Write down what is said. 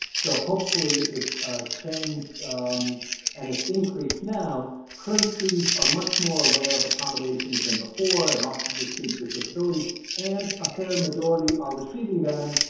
so hopefully it's changed and it's increased now current students are much more aware of accommodations than and before and also the students with their facilities and a fair majority are receiving them,